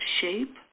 shape